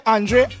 Andre